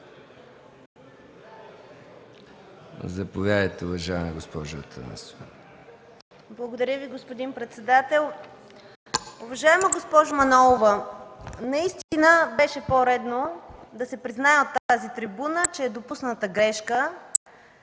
Заповядайте, уважаема госпожо Богданова.